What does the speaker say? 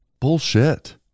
Bullshit